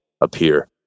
appear